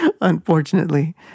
unfortunately